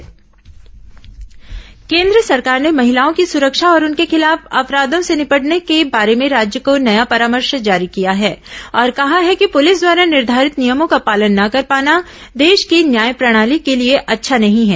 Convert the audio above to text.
केंद्र महिला सुरक्षा केन्द्र सरकार ने महिलाओं की सुरक्षा और उनके खिलाफ अपराधों से निपटने के बारे में राज्यों को नया परामर्श जारी किया है और कहा है कि पुलिस द्वारा निर्धारित नियमों का पालन न कर पाना देश की न्याय प्रणाली के लिए अच्छा नहीं है